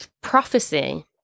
prophecy